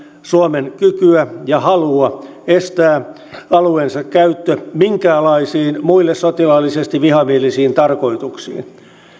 suomen kykyä ja halua estää alueensa käyttö minkäänlaisiin muille sotilaallisesti vihamielisiin tarkoituksiin